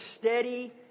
steady